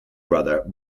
brother